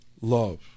love